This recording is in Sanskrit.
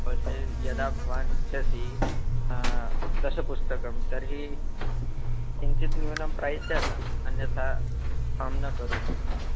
पश्य यदा भवान् इच्छति दशपुस्तकानि तर्हि किञ्चित् न्यूनं प्रैस् जातम् अन्यथा अहं न करोमि